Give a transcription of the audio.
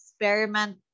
experiment